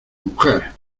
mujer